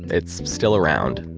it's still around,